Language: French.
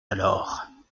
alors